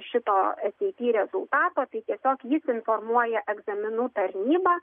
šito es ei ty rezultato tai tiesiog jis informuoja egzaminų tarnybą